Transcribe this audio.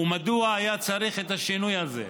ומדוע היה צריך את השינוי הזה?